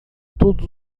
todos